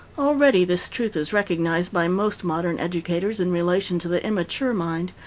already this truth is recognized by most modern educators in relation to the immature mind.